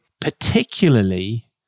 particularly